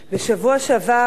בשבוע שעבר,